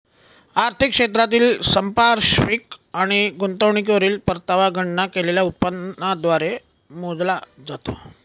आर्थिक क्षेत्रातील संपार्श्विक आणि गुंतवणुकीवरील परतावा गणना केलेल्या उत्पन्नाद्वारे मोजला जातो